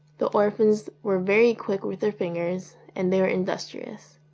the orphans were very quick with their fingers and they were industrious